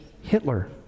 Hitler